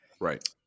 Right